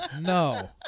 No